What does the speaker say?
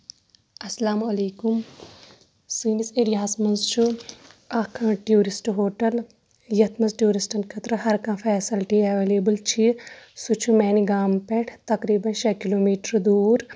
اَسلام علیکُم سٲنِس ایریاہس منٛز چھُ اکھ ٹوٗرِسٹ ہوٹل ہَتھ منٛز ٹوٗرِسٹن خٲطرٕ ہر کانٛہہ فیسلٹی ایویلیبٔل چھِ سُہ چھُ میانہِ گامہٕ پٮ۪ٹھ تقریٖبن شیٚے کِلومیٖٹر دوٗر